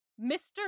Mr